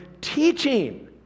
teaching